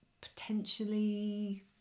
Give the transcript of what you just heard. potentially